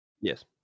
Yes